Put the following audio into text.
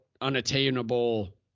unattainable